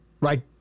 right